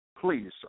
please